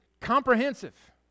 comprehensive